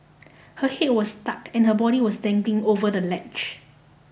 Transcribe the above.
her head was stuck and her body was dangling over the ledge